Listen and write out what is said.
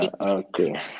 okay